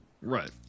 Right